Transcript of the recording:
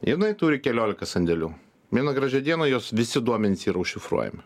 jinai turi kelioliką sandėlių vieną gražią dieną jos visi duomenys yra užšifruojami